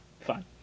fine